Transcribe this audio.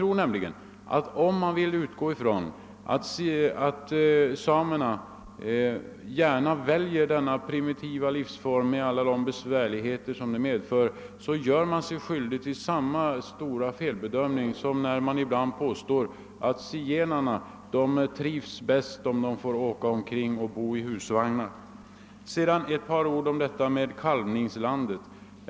Om man utgår ifrån att samerna gärna och frivilligt väljer denna primitiva livsform med alla de besvärligheter den medför, gör man sig skyldig till sam ma stora felbedömning som när man ibland påstår att zigenarna trivs bäst om de får åka omkring och bo i husvagnar. Sedan ett par ord om kalvningslanden.